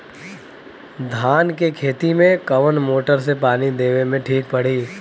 धान के खेती मे कवन मोटर से पानी देवे मे ठीक पड़ी?